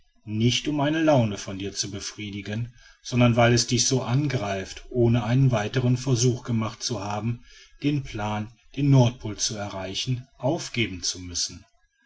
nicht um eine laune von dir zu befriedigen sondern weil es dich so angreift ohne einen weiteren versuch gemacht zu haben den plan den nordpol zu erreichen aufgeben zu müssen